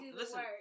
listen